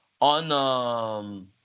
on